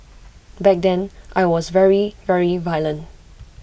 back then I was very very violent